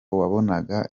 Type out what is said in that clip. wabonaga